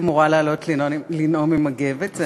הייתי אמורה לעלות לנאום עם מגבת.